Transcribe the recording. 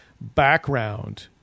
background